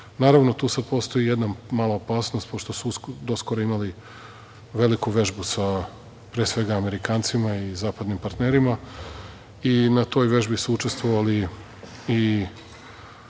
juče. Naravno, tu sad postoji jedna mala opasnost pošto su doskoro imali veliku vežbu sa, pre svega, Amerikancima i zapadnim partnerima i na toj vežbi su učestvovali i